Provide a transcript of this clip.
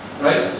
Right